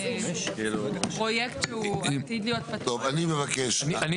אני מסכם,